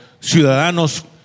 ciudadanos